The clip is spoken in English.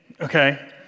okay